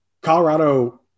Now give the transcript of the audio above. Colorado